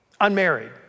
unmarried